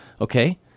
okay